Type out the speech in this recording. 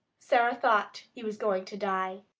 sara thought he was going to die.